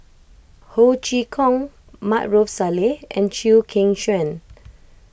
Ho Chee Kong Maarof Salleh and Chew Kheng Chuan